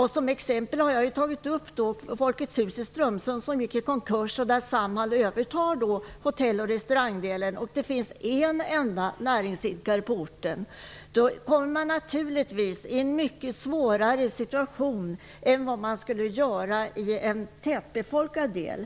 Såsom exempel tog jag upp Folkets Eftersom det finns bara en enda näringsidkare på orten, hamnade man naturligtvis i en mycket svårare situation än man skulle ha gjort i en tätbefolkad region.